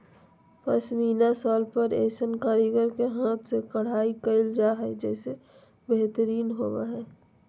पश्मीना शाल पर ऐसन कारीगर के हाथ से कढ़ाई कयल जा हइ जे बेहतरीन होबा हइ